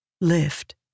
Lift